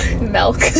Milk